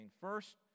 first